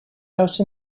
house